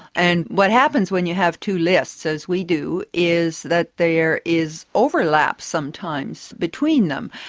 and what happens when you have two lists, as we do, is that there is overlap, sometimes, between them.